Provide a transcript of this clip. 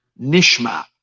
Nishma